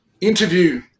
interview